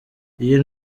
iyo